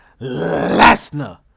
Lesnar